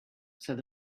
said